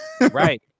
right